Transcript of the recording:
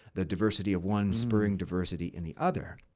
the diversity of one spurring diversity in the other.